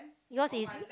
because is